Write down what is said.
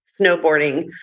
snowboarding